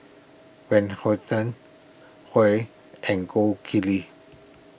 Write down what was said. Van Houten Viu and Gold Kili